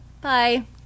Bye